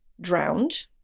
drowned